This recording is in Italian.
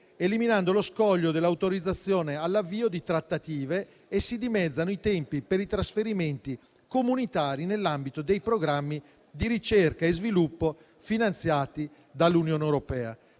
eliminando lo scoglio dell'autorizzazione all'avvio di trattative, e si dimezzano i tempi per i trasferimenti comunitari nell'ambito dei programmi di ricerca e sviluppo finanziati dall'Unione europea.